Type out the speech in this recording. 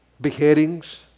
Beheadings